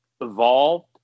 evolved